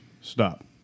Stop